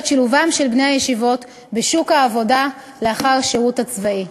את שילובם של בני הישיבות בשוק העבודה לאחר השירות הצבאי.